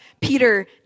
Peter